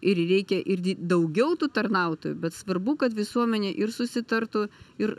ir reikia ir daugiau tų tarnautojų bet svarbu kad visuomenė ir susitartų ir